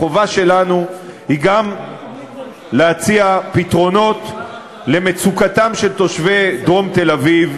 החובה שלנו היא גם להציע פתרונות למצוקתם של תושבי דרום תל-אביב,